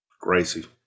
Gracie